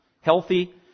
Healthy